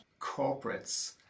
corporates